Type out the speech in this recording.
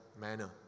manner